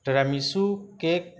tiramisu cake